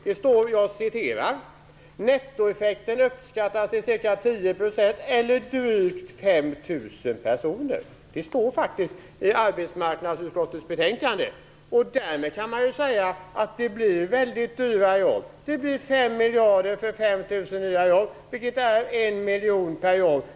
Det står: "Nettoeffekten uppskattas till ca 10 % eller drygt 5 000 personer." Det står faktiskt i arbetsmarknadsutskottets betänkande. Därmed kan man säga att det blir väldigt dyra jobb. Det blir 5 miljarder för 5 000 nya jobb, vilket är 1 miljon per jobb.